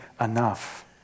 enough